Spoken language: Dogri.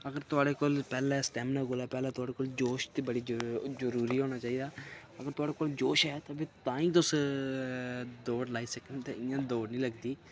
अगर थुआड़े कोल पैह्ले स्टैमिना कोला पैह्ले थुआड़े कोल जोश ते बड़ा जरूरी होना चाहिदा अगर थुआड़े कोल जोश एह् ते फ्ही ताईं तुस दौड़ लाई सकने ते इयां दौड़ नि लगदी